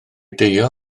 deio